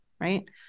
right